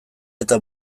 eta